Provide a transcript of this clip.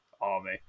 army